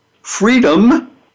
freedom